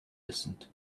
listened